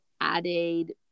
added